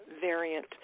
variant